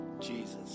Jesus